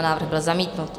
Návrh byl zamítnut.